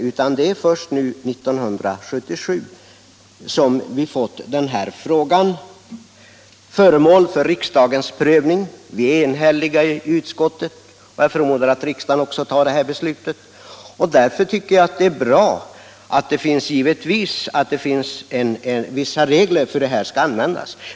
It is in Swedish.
Det är först nu 1977 som den här frågan är föremål för riksdagens prövning. Vi är enhälliga i utskottet och jag förmodar att riksdagen också tar det här beslutet. Därför tycker jag att det är bra att det finns vissa regler för hur offertsystemet skall användas.